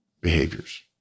behaviors